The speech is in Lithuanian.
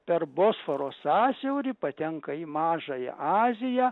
per bosforo sąsiaurį patenka į mažąją aziją